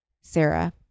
Sarah